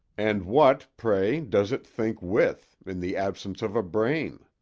and what, pray, does it think with in the absence of a brain?